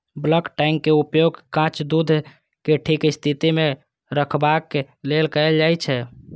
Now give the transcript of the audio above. bulk tank के उपयोग कांच दूध कें ठीक स्थिति मे रखबाक लेल कैल जाइ छै